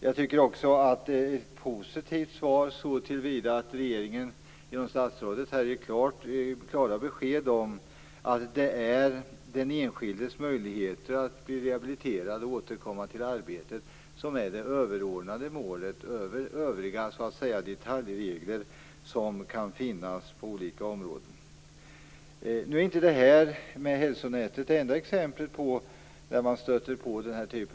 Jag tycker också att det är ett positivt svar så till vida att regeringen genom statsrådet ger klara besked om att ett mål som är överordnat över detaljregler på olika områden är att den enskilde skall kunna bli rehabiliterad och återkomma i arbete.